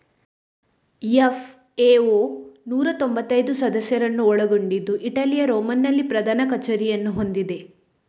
FAO ನೂರಾ ತೊಂಭತ್ತೈದು ಸದಸ್ಯರನ್ನು ಒಳಗೊಂಡಿದ್ದು ಇಟಲಿಯ ರೋಮ್ ನಲ್ಲಿ ಪ್ರಧಾನ ಕಚೇರಿಯನ್ನು ಹೊಂದಿದೆ